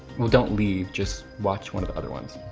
well, don't leave just watch one of the other ones,